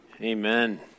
Amen